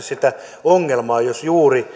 sitä ongelmaa jos juuri siltä